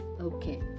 Okay